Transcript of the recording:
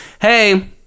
hey